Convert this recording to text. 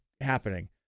happening